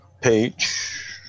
page